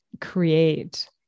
create